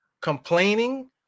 complaining